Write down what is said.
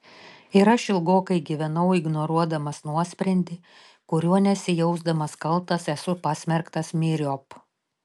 ir aš ilgokai gyvenau ignoruodamas nuosprendį kuriuo nesijausdamas kaltas esu pasmerktas myriop